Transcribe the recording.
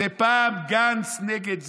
פעם גנץ נגד זה,